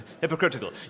hypocritical